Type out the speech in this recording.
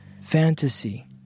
fantasy